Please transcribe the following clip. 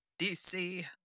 DC